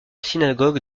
synagogue